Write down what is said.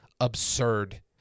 absurd